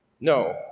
no